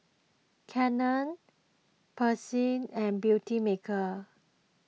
Canon Persil and Beautymaker